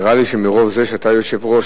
נראה לי שמרוב זה שאתה יושב-ראש,